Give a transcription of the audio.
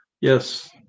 Yes